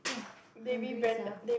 [wah] hungry sia